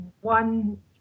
one